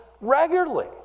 regularly